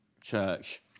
church